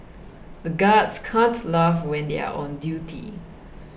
the guards can't laugh when they are on duty